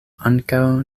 ankaŭ